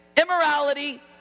immorality